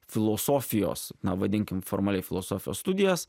filosofijos na vadinkim formaliai filosofijos studijas